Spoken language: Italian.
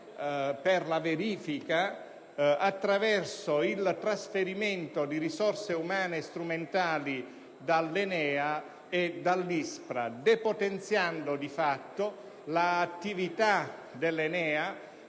nucleare attraverso il trasferimento di risorse umane e strumentali dall'ENEA e dall'ISPRA, depotenziando di fatto l'attività dell'ENEA,